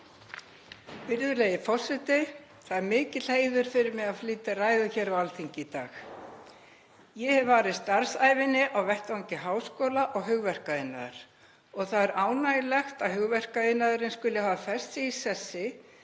Virðulegi forseti. Það er mikill heiður fyrir mig að flytja ræðu hér á Alþingi í dag. Ég hef varið starfsævinni á vettvangi háskóla og hugverkaiðnaðar og það er ánægjulegt að hugverkaiðnaðurinn skuli hafa fest sig í sessi